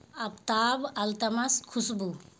آفتاب التمش خوشبو